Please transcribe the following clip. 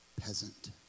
peasant